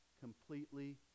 completely